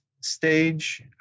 stage